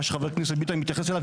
מה שחבר הכנסת ביטון אני מתייחס אליו,